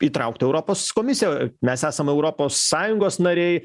įtraukt europos komisiją mes esam europos sąjungos nariai